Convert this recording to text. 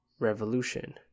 Revolution